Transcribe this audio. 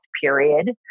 Period